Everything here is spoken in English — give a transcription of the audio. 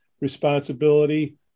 responsibility